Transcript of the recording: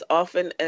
often